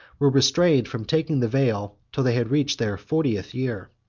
were restrained from taking the veil till they had reached their fortieth year.